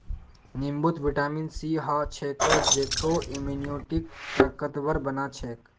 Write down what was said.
नींबूत vitamin C ह छेक जेको इम्यूनिटीक ताकतवर बना छेक